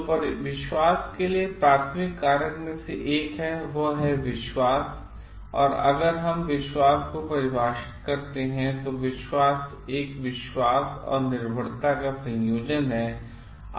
तोविश्वास के लिएप्राथमिककारकमें से एक है वह है विश्वास और अगर हम विश्वास को परिभाषित करते हैं तो विश्वास एक विश्वास और निर्भरता का एक संयोजन है